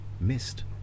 missed